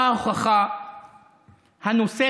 מה ההוכחה הנוספת?